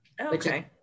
Okay